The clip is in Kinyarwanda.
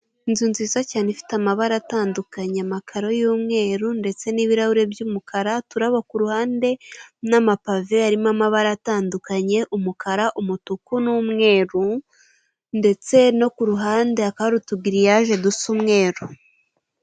Inzu nziza cyane ifite amabara atandukanye, amakaro y'umweru ndetse n'ibirahure by'umukara uturabo kuruhande n'amapave arimo amabara atandukanye umukara, umutuku, n'umweru ndetse no kuruhande hakaba hari utugiriyaje dusa umweru.